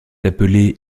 appelée